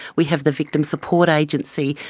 we have the victim support agency,